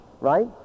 Right